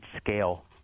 scale